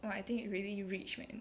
!wah! I think you really rich man